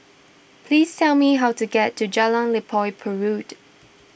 please tell me how to get to Jalan Limau Purut